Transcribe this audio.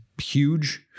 huge